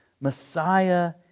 Messiah